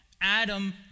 Adam